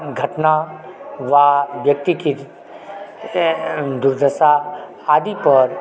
घटना वा व्यक्तिके दूर्दशा आदि पर